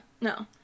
No